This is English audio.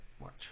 March